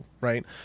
right